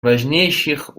важнейших